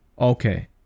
Okay